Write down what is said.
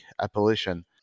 appellation